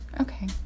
Okay